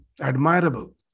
admirable